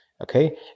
Okay